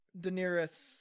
Daenerys